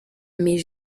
mais